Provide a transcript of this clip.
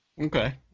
Okay